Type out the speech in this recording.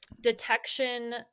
detection